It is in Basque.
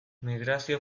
migrazio